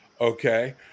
okay